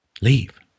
leave